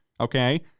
okay